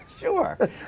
Sure